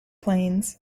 planes